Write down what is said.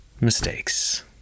mistakes